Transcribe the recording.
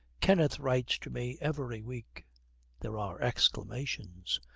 kenneth writes to me every week there are exclamations.